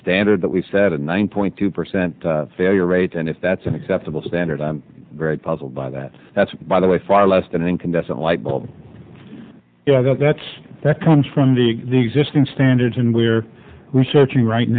standard that we've set at one point two percent failure rate and if that's an acceptable standard i'm very puzzled by that that's by the way far less than an incandescent light bulb that's that comes from the existing standards and we're researching right